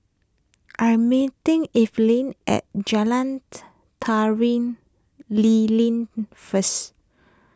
I am meeting Evelyn at Jalan Tari Lilin first